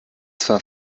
zwar